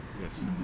Yes